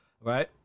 right